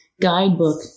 Guidebook